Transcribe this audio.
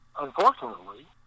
Unfortunately